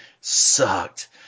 Sucked